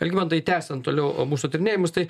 algimantai tęsiant toliau mūsų tyrinėjimus tai